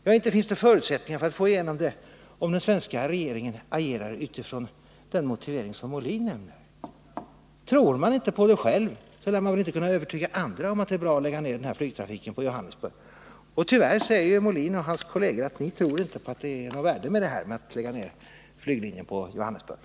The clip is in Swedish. Ja, inte finns det förutsättningar att få igenom den om den svenska regeringen agerar utifrån den motivering som Björn Molin anger. Tror man inte på det själv lär man väl inte kunna övertyga andra om att det är bra att lägga ned flygtrafiken på Johannesburg. Och tyvärr säger Björn Molin och hans kolleger att man inte tror att det ligger något värde i att lägga ner den flyglinjen.